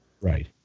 Right